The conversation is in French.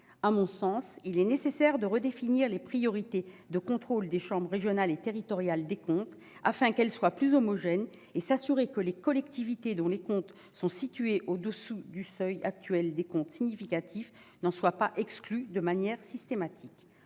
À mon sens, il est nécessaire de redéfinir les priorités de contrôle des chambres régionales et territoriales des comptes, afin qu'elles soient plus homogènes, et de s'assurer que les collectivités dont les comptes sont situés en dessous du seuil actuel des « comptes significatifs » ne soient pas exclues d'un tel contrôle de manière systématique.